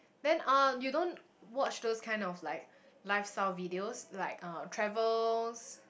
then uh you don't watch those kind of like lifestyle videos like uh travels